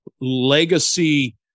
legacy